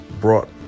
brought